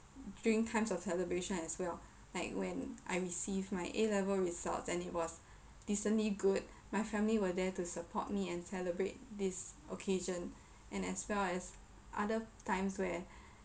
during times of celebration as well like when I receive my A level results and it was decently good my family were there to support me and celebrate this occasion and as well as other times where